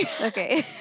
Okay